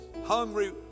Hungry